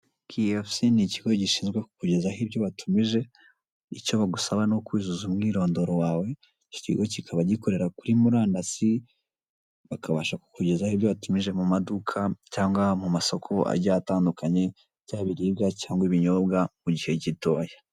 KFC ni ikigo gishinzwe kugeza aho ibyo batumije icyo bagusaba no kuzuza umwirondoro wawe, ikigo kikaba gikorera kuri murandasi bakabasha kukugezaho byatumije mu maduka, cyangwa mu masoko agiye atandukanye byaba ibiribwa cyangwa ibinyobwa mu gihe gitoya.